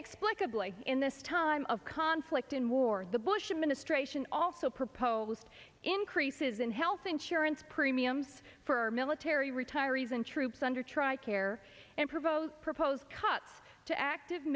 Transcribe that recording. inexplicably in this time of conflict in war the bush administration also proposed increases in health insurance premiums for military retirees and troops under tri care and provoke proposed cuts to active